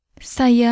Saya